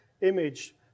image